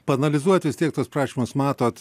paanalizuot vis tiek tuos prašymus matot